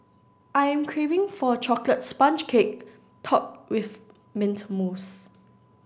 I am craving for a chocolate sponge cake top with mint mousse